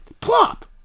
Plop